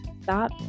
stop